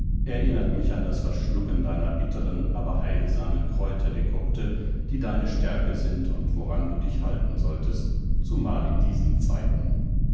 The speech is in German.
erinnert mich an das verschlucken deiner bitteren aber heilsamen kräuterdekokte die deine stärke sind und woran du dich halten solltest zumal in diesen zeiten